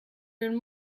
and